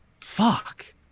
Fuck